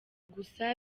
gusa